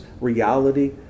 reality